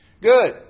Good